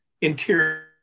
interior